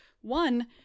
One